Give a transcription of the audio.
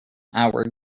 hour